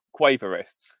quaverists